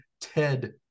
Ted